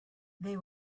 they